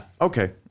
Okay